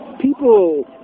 people